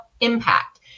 impact